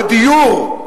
בדיור,